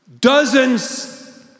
Dozens